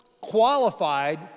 qualified